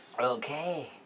Okay